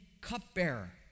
cupbearer